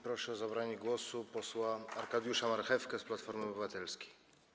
Proszę o zabranie głosu posła Arkadiusza Marchewkę z Platformy Obywatelskiej.